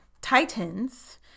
titans